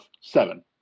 seven